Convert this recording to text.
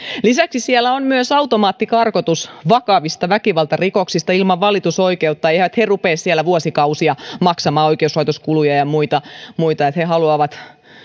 lisäksi siellä on myös automaattikarkotus vakavista väkivaltarikoksista ilman valitusoikeutta eivät he rupea siellä vuosikausia maksamaan oikeuslaitoskuluja ja muita muita he haluavat